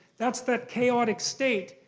that's that chaotic state.